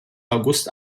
august